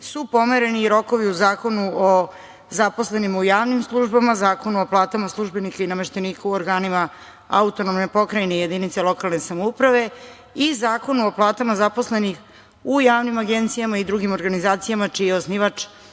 su pomereni i rokovi u Zakonu o zaposlenim javnim službama, Zakonu o platama službenika i nameštenika u organima AP i jedinice lokalne samouprave i Zakonu o platama zaposlenih u javnim agencijama i drugim organizacijama čiji je osnivač